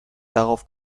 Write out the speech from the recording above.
darauf